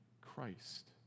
Christ